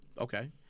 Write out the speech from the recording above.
okay